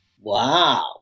Wow